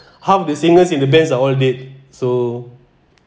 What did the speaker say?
half the singers in the best are all dead so